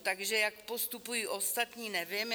Takže jak postupují ostatní, nevím.